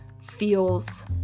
feels